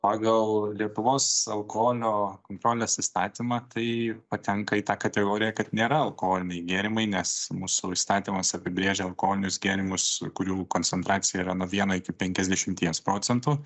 pagal lietuvos alkoholio kontrolės įstatymą tai patenka į tą kategoriją kad nėra alkoholiniai gėrimai nes mūsų įstatymas apibrėžia alkoholinius gėrimus kurių koncentracija yra nuo vieno iki penkiasdešimties procentų